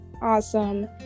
awesome